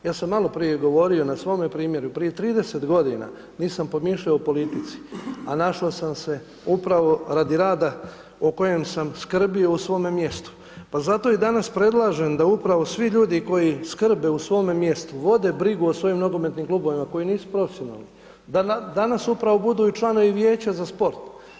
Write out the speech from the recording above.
Ja sam maloprije govorio na svome primjeru, prije 30 godina, nisam pomišljao o politici, a našao sam se upravo radi rada o kojem sam skrbio u svome mjestu, pa zato i danas predlažem da upravo svi ljudi koji skrbe u svome mjestu, vode brigu o svojim nogometnim klubovima koji nisu profesionalni, da danas upravo budu i članovi vijeća za sport.